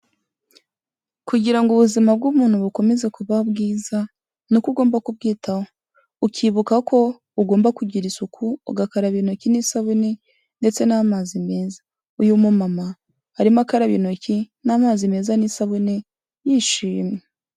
Kugira ngo ubuzima bw'umuntu bukomeze kuba bwiza ni uko ugomba kubwitaho, ukibuka ko ugomba kugira isuku, ugakaraba intoki n'isabune ndetse n'amazi meza, uyu mumama arimo akaraba intoki n'amazi meza n'isabune yishimye.